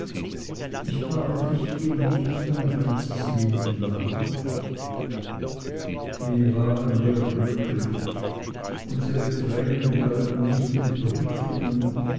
ich habe dich geliebt mein ganzes leben lang wie waren wir glücklich unsere tränen galten nicht den prüfungen